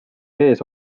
ees